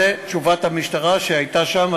זו תשובת המשטרה שהייתה שם.